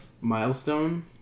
milestone